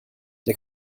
der